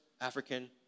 African